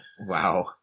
Wow